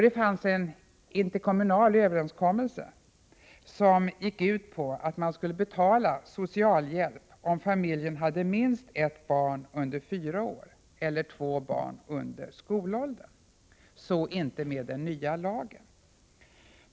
Det fanns en interkommunal överenskommelse som gick ut på att man skulle betala socialhjälp, om familjen hade minst ett barn under 4 år eller två barn under skolåldern. Så inte med den nya lagen.